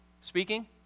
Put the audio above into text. speaking